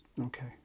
Okay